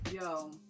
yo